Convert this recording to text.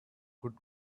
could